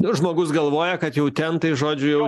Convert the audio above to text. žmogus galvoja kad jau tentai žodžiu